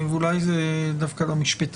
להיות על כל סמ"ס או מייל שזה משהו שלא קיים